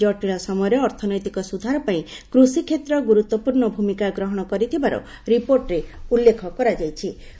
ଏଭଳି ଜଟିଳ ସମୟରେ ଅର୍ଥନୈତିକ ସୁଧାର ପାଇଁ କୃଷିକ୍ଷେତ୍ର ଗୁରୁତ୍ୱପୂର୍ଣ୍ଣ ଭୂମିକା ଗ୍ରହଣ କରିଥିବାର ରିପୋର୍ଟରେ ଉଲ୍ଲେଖ ରହିଛି